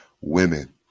women